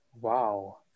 Wow